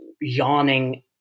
yawning